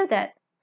that